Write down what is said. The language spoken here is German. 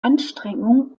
anstrengung